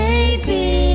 Baby